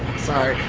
sorry.